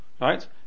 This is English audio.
right